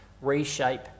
reshape